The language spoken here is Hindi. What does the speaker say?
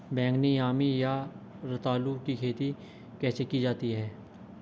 बैगनी यामी या रतालू की खेती कैसे की जाती है?